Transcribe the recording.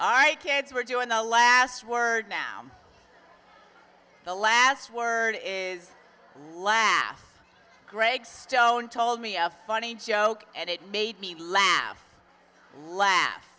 right kids were doing the last word now the last word is laugh greg stone told me a funny joke and it made me laugh laugh